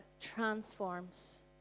transforms